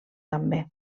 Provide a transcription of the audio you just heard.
també